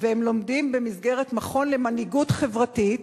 והם לומדים במסגרת מכון למנהיגות חברתית,